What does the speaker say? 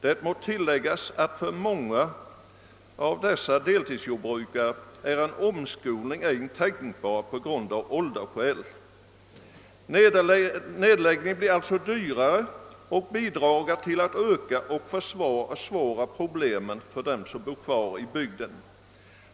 Det må tilläggas att för många av dessa deltidsjordbrukare är en omskolning ej tänkbar av åldersskäl. Nedläggningen blir alltså dyrare och bidrar till att öka och försvåra problemen för dem som bor kvar i bygden.